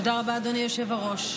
תודה רבה, אדוני היושב-ראש.